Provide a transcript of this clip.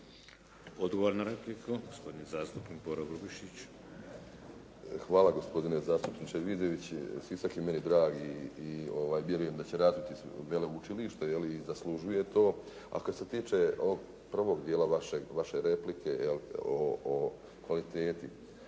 Odgovor na repliku, gospodin zastupnik Broro Grubišić. **Grubišić, Boro (HDSSB)** Hvala gospodine zastupniče Vidović. Sisak je meni drag i vjerujem da će raditi veleučilište jel', i zaslužuje to. A kad se tiče ovog prvog dijela vaše replike o kvaliteti.